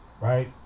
right